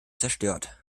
zerstört